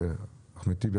חה"כ אחמד טיבי,